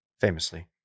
famously